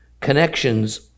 connections